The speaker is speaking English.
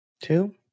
Two